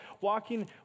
walking